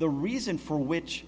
the reason for which